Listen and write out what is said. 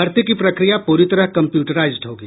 भर्ती की प्रक्रिया पूरी तरह कम्प्यूटराइज्ड होगी